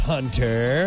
Hunter